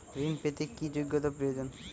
ঋণ পেতে কি যোগ্যতা প্রয়োজন?